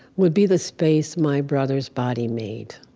would be the space my brother's body made.